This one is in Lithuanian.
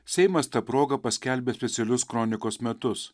seimas ta proga paskelbė specialius kronikos metus